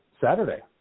Saturday